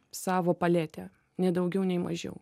savo paletę nei daugiau nei mažiau